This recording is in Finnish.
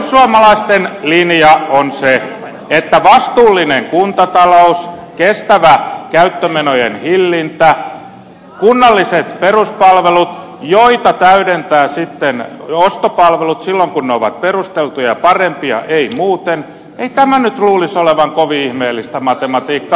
perussuomalaisten linja on vastuullinen kuntatalous kestävä käyttömenojen hillintä kunnalliset peruspalvelut joita täydentävät ostopalvelut silloin kun ne ovat perusteltuja ja parempia ei muuten ei tämän nyt luulisi olevan kovin ihmeellistä matematiikkaa